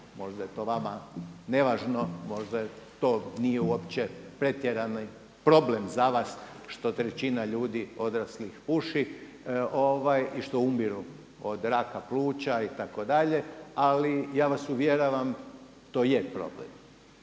možda je to vama nevažno, možda to nije uopće pretjerani problem za vas što trećina ljudi odraslih puši i što umiru od raka pluća itd. Ali ja vas uvjeravam to je problem.